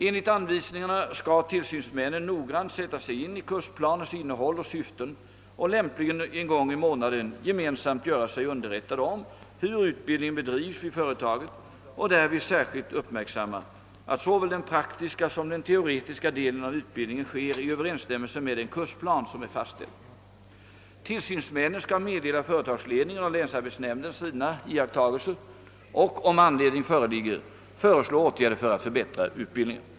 Enligt anvisningarna skall tillsynsmännen noggrant sätta sig in i kursplanens innehåll och syften och lämpligen en gång i månaden gemensamt göra sig underrättade om hur utbildningen bedrivs vid företaget och därvid särskilt uppmärksamma att såväl den praktiska som den teoretiska delen av utbildningen sker i Överensstämmelse med den kursplan som är fastställd. Tillsynsmännen skall meddela företagsledning en och länsarbetsnämnden sina iakttagelser och, om anledning föreligger, föreslå åtgärder för att förbättra utbildningen.